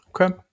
Okay